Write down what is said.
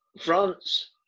France